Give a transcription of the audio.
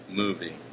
movie